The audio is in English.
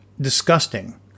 disgusting